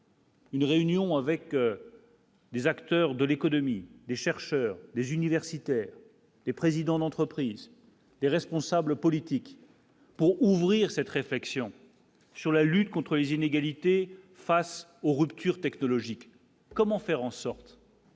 Une réunion avec. Les acteurs de l'économie, des chercheurs, des universitaires et présidents d'entreprises et responsables politiques. Pour ouvrir cette réflexion sur la lutte contre les inégalités face aux ruptures technologiques, comment faire en sorte.